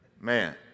man